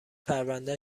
پرونده